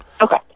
Okay